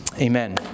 Amen